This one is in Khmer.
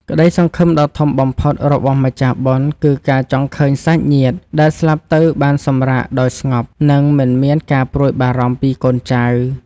ក្តីសង្ឃឹមដ៏ធំបំផុតរបស់ម្ចាស់បុណ្យគឺការចង់ឃើញសាច់ញាតិដែលស្លាប់ទៅបានសម្រាកដោយស្ងប់ និង មិនមានការព្រួយបារម្ភពីកូនចៅ។